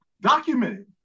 documented